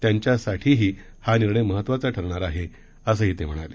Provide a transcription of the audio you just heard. त्यांच्यासाठीही हा निर्णय महत्वाचा ठरणार आहे असंही ते म्हणाले